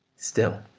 still,